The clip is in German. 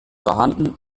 vorhanden